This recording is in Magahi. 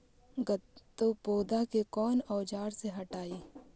गत्पोदा के कौन औजार से हटायी?